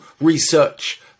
research